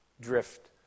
drift